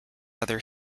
other